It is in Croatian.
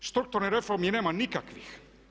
Strukturnih reformi nema nikakvih.